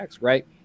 right